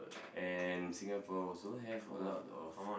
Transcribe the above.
and Singapore also have a lot of